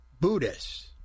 Buddhist